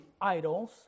idols